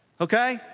Okay